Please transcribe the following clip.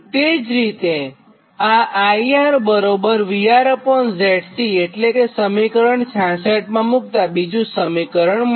તે જ રીતે આ IR VRZC એટલે કે સમીકરણ 66 માં મુક્તાં બીજું સમીકરણ મળે